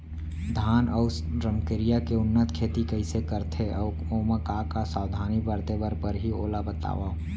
धान अऊ रमकेरिया के उन्नत खेती कइसे करथे अऊ ओमा का का सावधानी बरते बर परहि ओला बतावव?